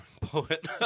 poet